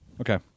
Okay